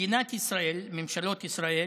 מדינת ישראל, ממשלות ישראל